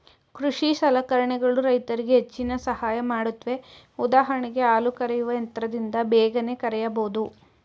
ಕೃಷಿ ಸಲಕರಣೆಗಳು ರೈತರಿಗೆ ಹೆಚ್ಚಿನ ಸಹಾಯ ಮಾಡುತ್ವೆ ಉದಾಹರಣೆಗೆ ಹಾಲು ಕರೆಯುವ ಯಂತ್ರದಿಂದ ಬೇಗನೆ ಕರೆಯಬೋದು